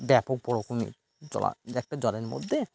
ব্যাপক ওরকমের জল একটা জলের মধ্যে